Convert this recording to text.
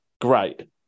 Great